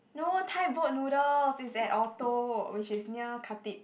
no Thai boat noodles it's at Orto which is near Khatib